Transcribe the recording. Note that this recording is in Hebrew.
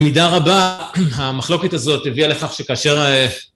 במידה רבה המחלוקת הזאת הביאה לכך שכאשר...